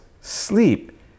sleep